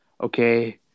okay